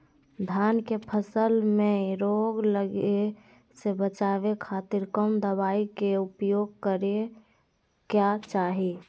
धान के फसल मैं रोग लगे से बचावे खातिर कौन दवाई के उपयोग करें क्या चाहि?